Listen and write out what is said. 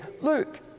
Look